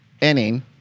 inning